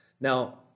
now